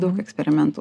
daug eksperimentų